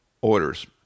orders